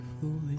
foolish